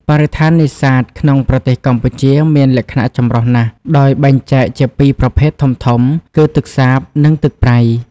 បរិស្ថាននេសាទក្នុងប្រទេសកម្ពុជាមានលក្ខណៈចម្រុះណាស់ ដោយបែងចែកជាពីរប្រភេទធំៗ គឺទឹកសាប និងទឹកប្រៃ។